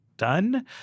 done